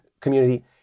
community